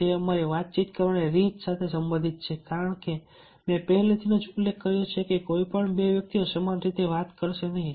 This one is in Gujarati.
તે અમારી વાતચીત કરવાની રીત સાથે સંબંધિત છે કારણ કે મેં પહેલેથી જ ઉલ્લેખ કર્યો છે કે કોઈ બે વ્યક્તિઓ સમાન રીતે વાત કરશે નહીં